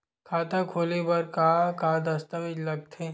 खाता खोले बर का का दस्तावेज लगथे?